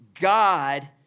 God